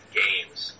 games